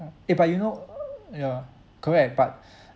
eh but you know uh uh ya correct but